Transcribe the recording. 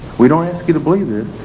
we don't ask you to believe this,